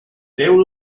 déu